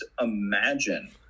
imagine